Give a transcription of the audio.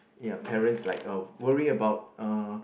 ya parents like uh worry about uh